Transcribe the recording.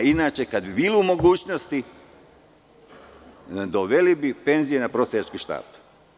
Inače, kada bi bili u mogućnosti, doveli bi penzije na prosjački štap.